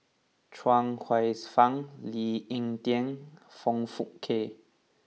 Chuang Hsueh Fang Lee Ek Tieng Foong Fook Kay